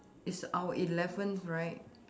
it's our eleventh right